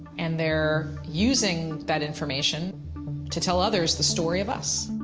and they're using that information to tell others the story of us.